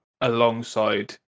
alongside